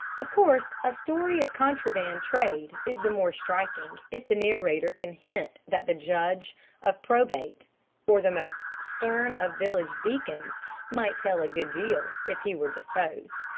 of course a story of contraband trade is the more striking if the narrator can hint that the judge of probate or the most stern of village deacons might tell a good deal if he were disposed,